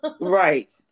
Right